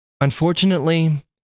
Unfortunately